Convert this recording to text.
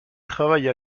travaille